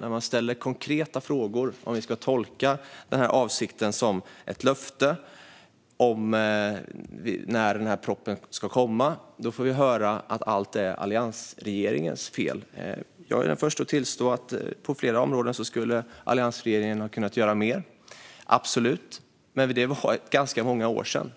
När vi ställer konkreta frågor om hur vi ska tolka avsikten som ett löfte om när propositionen ska komma får vi höra att allt är alliansregeringens fel. Jag är den förste att tillstå att på flera områden skulle alliansregeringen ha kunnat göra mer - absolut. Men det var för ganska många år sedan.